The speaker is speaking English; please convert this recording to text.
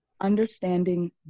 understanding